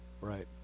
right